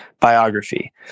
biography